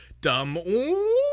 dumb